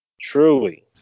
truly